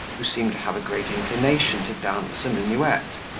who seemed to have a great inclination to dance a minuet,